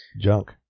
junk